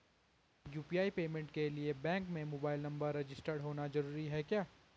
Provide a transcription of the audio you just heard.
UPI payment के लिए bank में मोबाइल नंबर रजिस्टर्ड होना जरूरी है क्या?